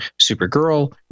Supergirl